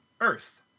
earth